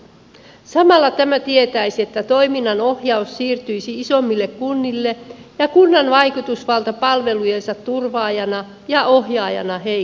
samalla tämä tietäisi että toiminnanohjaus siirtyisi isommille kunnille ja kunnan vaikutusvalta palvelujensa turvaajana ja ohjaajana heikentyisi